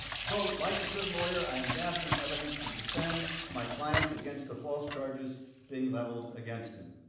like a good lawyer, i'm gathering evidence to defend my client against the false charges being leveled against him.